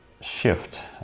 shift